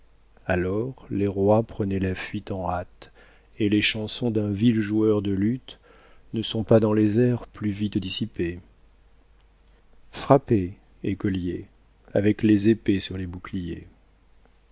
alors les rois prenaient la fuite en hâte et les chansons d'un vil joueur de luth ne sont pas dans les airs plus vite dissipées frappez écoliers avec les épées sur les boucliers